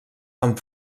amb